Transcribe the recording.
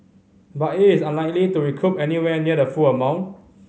but it is unlikely to recoup anywhere near the full amount